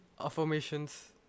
affirmations